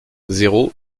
zéro